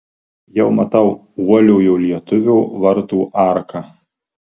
jau matau uoliojo lietuvio vartų arką